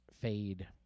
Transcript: fade